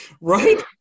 Right